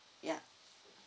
ya